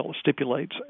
stipulates